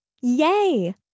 Yay